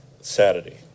Saturday